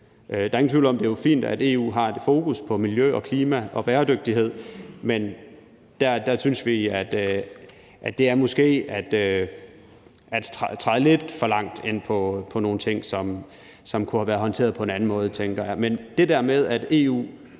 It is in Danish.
det er fint, at EU har et fokus på miljø, klima og bæredygtighed, men der synes vi måske, at det er at træde lidt for langt ind i nogle ting, som kunne have været håndteret på en anden måde, tænker jeg.